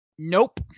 Nope